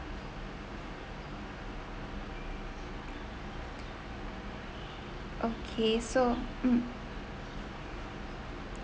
okay so mm